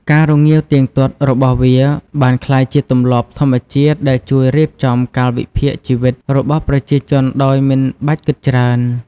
ការរងាវទៀងទាត់របស់វាបានក្លាយជាទម្លាប់ធម្មជាតិដែលជួយរៀបចំកាលវិភាគជីវិតរបស់ប្រជាជនដោយមិនបាច់គិតច្រើន។